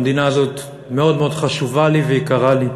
המדינה הזאת מאוד מאוד חשובה לי ויקרה לי,